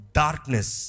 darkness